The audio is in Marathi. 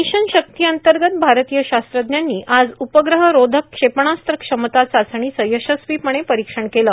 मिशन शक्ति अंतर्गत भारतीय शास्त्रज्ञांनी आज उपग्रह रोधक क्षेपणास्त्र क्षमता चाचणीचं यशस्वीपणे परिक्षण केलं